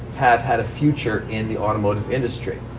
have had a future in the automotive industry?